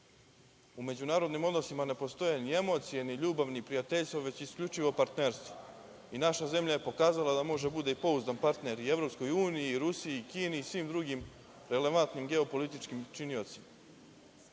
U međunarodnim odnosima ne postoje ni emocije, ni ljubav, ni prijateljstvo, već isključivo partnerstvo i naša zemlja je pokaza da može da bude pouzdan partner i EU i Rusiji i Kini i svim drugim relevantnim geopolitičkim činiocima. Kada